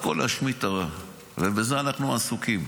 ובזה אנחנו עסוקים.